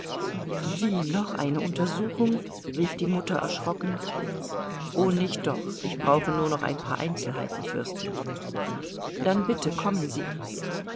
wie noch eine untersuchung rief die mutter erschrocken o nicht doch ich brauche nur noch ein paar einzelheiten fürstin dann bitte kommen sie